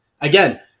again